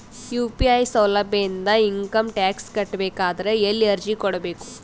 UPI ಸೌಲಭ್ಯ ಇಂದ income tax ಕಟ್ಟಬೇಕಾದರ ಎಲ್ಲಿ ಅರ್ಜಿ ಕೊಡಬೇಕು?